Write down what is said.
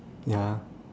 ya